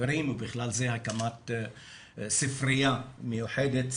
חברים ובכלל זה הקמת ספרייה מיוחדת,